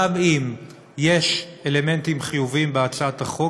גם אם יש אלמנטים חיוביים בהצעת החוק,